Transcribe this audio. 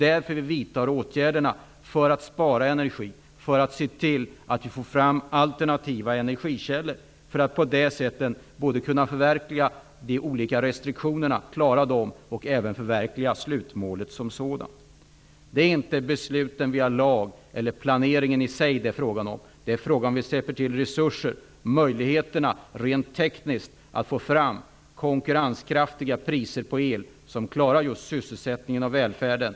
Därför vidtar vi åtgärder för att spara energi och för att få fram alternativa energikällor. Vi skall på så sätt både kunna klara av restriktionerna och förverkliga slutmålet som sådant. Det är inte besluten via lag eller planeringen i sig det handlar om. Det är fråga om att släppa till resurser och att skapa möjligheter att rent tekniskt få konkurrenskraftiga priser på el som säkrar just sysselsättningen och välfärden.